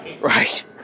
right